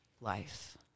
life